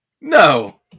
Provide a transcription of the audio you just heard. No